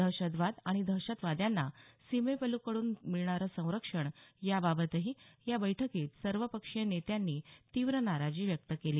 दहशतवाद आणि दहशतवाद्यांना सीमेपलिकडून मिळणारं संरक्षण याबाबतही या बैठकीत सर्वपक्षीय नेत्यांनी तीव्र नाराजी व्यक्त केली